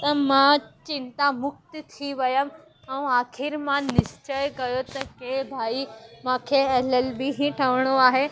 त मां चिंता मुक्त थी वियमि ऐं आख़िरि मां निश्चय कयो त की भाई मांखे एल एल बी ही ठहिणो आहे